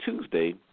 Tuesday